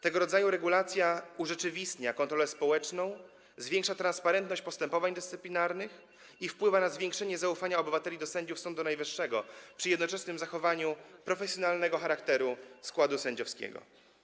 Tego rodzaju regulacja urzeczywistnia kontrolę społeczną, zwiększa transparentność postępowań dyscyplinarnych i wpływa na zwiększenie zaufania obywateli do sędziów Sądu Najwyższego, przy jednoczesnym zachowaniu profesjonalnego charakteru składu sędziowskiego.